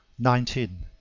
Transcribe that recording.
nineteen.